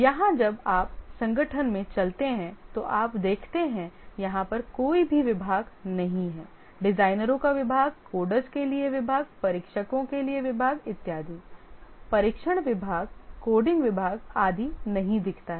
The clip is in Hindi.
यहां जब आप संगठन में चलते हैं तो आप देखते हैं यहां पर कोई भी विभाग नहीं है डिजाइनरों का विभाग कोडर्स के लिए विभाग परीक्षकों के लिए विभाग इत्यादि परीक्षण विभाग कोडिंग विभाग आदि नहीं दिखता है